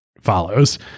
follows